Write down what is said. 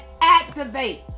activate